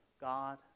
God